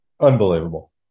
Unbelievable